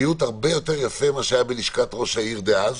ריהוט הרבה יותר יפה משהיה בלשכת ראש העיר דאז